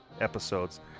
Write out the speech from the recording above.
episodes